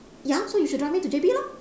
ya so you should drive me to J_B lor